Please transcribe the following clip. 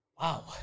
Wow